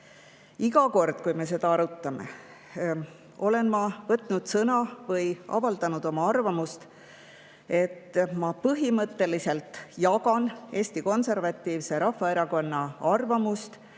Iga kord, kui me seda arutame, olen ma võtnud sõna või avaldanud oma arvamust, et ma põhimõtteliselt jagan Eesti Konservatiivse Rahvaerakonna seisukohta,